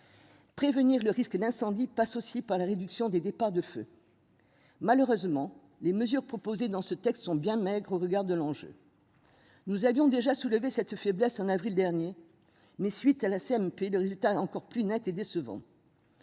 Prévenir le risque d'incendie passe aussi par la réduction des départs de feu. Malheureusement les mesures proposées dans ce texte sont bien maigre au regard de l'enjeu. Nous avions déjà soulevé cette faiblesse en avril dernier. Mais suite à la CMP de résultats encore plus nette et décevant.